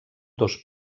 dos